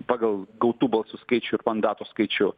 pagal gautų balsų skaičių ir mandatų skaičių